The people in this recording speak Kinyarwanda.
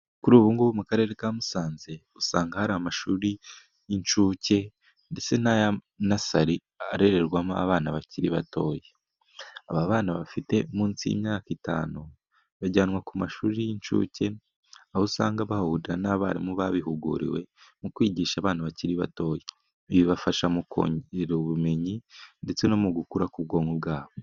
Kuri ubu ngubu, mu karere ka Musanze, usanga hari amashuri y'inshuke ndetse n'aya nasari arererwamo abana bakiri batoya. Aba bana bafite munsi y'imyaka itanu bajyanwa ku mashuri y'inshuke, aho usanga bahura n'abarimu babihuguriwe mu kwigisha abana bakiri batoya. Bibafasha mu kongera ubumenyi, ndetse no mu gukura k'ubwonko bwabo.